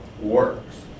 works